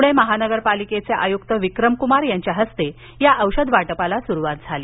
पुणे महानगरपालिकेचे आयुक्त विक्रमकुमार यांच्या हस्ते या औषध वाटपास सुरुवात झाली